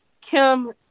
Kim